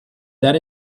that